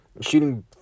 shooting